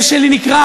בסדר.